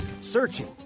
searching